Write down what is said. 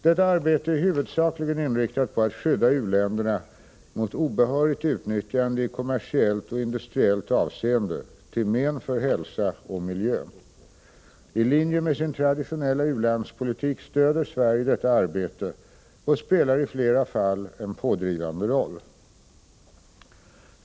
Detta arbete är huvudsakligen inriktat på att skydda u-länderna mot obehörigt utnyttjande i kommersiellt och industriellt avseende till men för hälsa och miljö. I linje med sin traditionella u-landspolitik stöder Sverige detta arbete och spelar i flera fall en pådrivande roll.